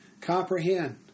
comprehend